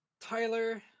Tyler